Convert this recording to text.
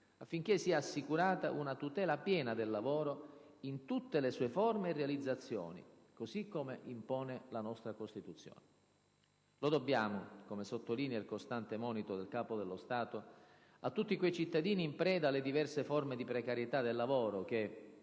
affinché sia assicurata una tutela piena del lavoro «in tutte le sue forme e realizzazioni», come impone la Costituzione. Lo dobbiamo - come sottolinea il costante monito del Capo dello Stato - a tutti quei cittadini in preda alle diverse forme di precarietà del lavoro che,